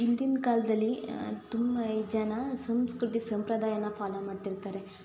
ಹಿಂದಿನ್ ಕಾಲ್ದಲ್ಲಿ ತುಂಬ ಈ ಜನ ಸಂಸ್ಕೃತಿ ಸಂಪ್ರದಾಯನ ಫಾಲೋ ಮಾಡ್ತಿರ್ತಾರೆ